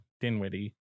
Dinwiddie